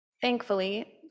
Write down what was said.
Thankfully